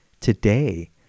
Today